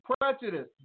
prejudice